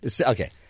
Okay